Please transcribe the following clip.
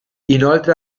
inoltre